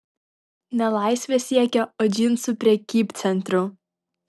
ne laisvės siekė o džinsų prekybcentrių